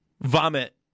vomit